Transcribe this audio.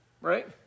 Right